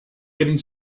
getting